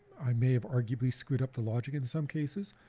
i may have arguably screwed up the logic in some cases.